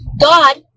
God